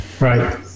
Right